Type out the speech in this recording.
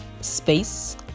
space